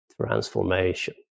transformation